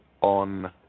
on